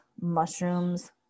mushrooms